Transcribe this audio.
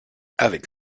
avec